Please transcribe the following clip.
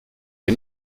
der